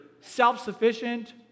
self-sufficient